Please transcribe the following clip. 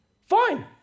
Fine